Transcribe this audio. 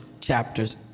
chapters